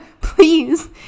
please